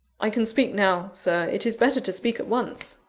i can speak now, sir it is better to speak at once.